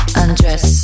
undress